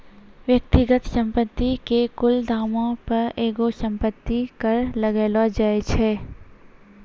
व्यक्तिगत संपत्ति के कुल दामो पे एगो संपत्ति कर लगैलो जाय छै